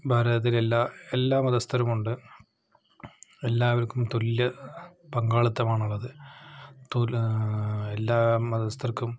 ഭാരതത്തില് എല്ലാ എല്ലാ മതസ്ഥരും ഉണ്ട് എല്ലാവര്ക്കും തുല്യ പങ്കാളിത്തം ആണുള്ളത് തുല എല്ലാ മതസ്ഥര്ക്കും